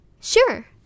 Sure